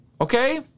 okay